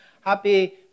happy